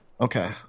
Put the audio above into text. Okay